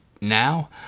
now